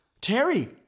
Terry